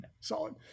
Solid